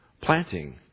planting